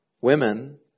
women